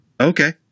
Okay